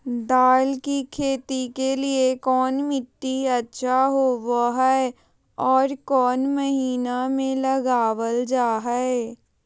दाल की खेती के लिए कौन मिट्टी अच्छा होबो हाय और कौन महीना में लगाबल जा हाय?